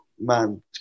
man